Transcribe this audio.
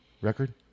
record